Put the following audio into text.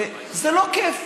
זה לא כיף.